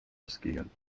ausgehen